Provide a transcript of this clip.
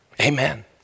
Amen